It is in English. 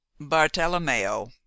bartolomeo